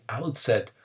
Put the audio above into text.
outset